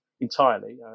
entirely